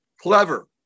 clever